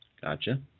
Gotcha